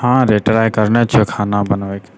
हँ रे ट्राइ करने छिए खाना बनबैके